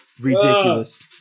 Ridiculous